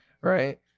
Right